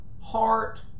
heart